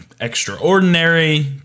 extraordinary